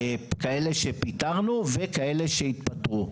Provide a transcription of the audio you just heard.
כאלה שפיטרנו וכאלה שהתפטרו.